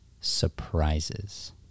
surprises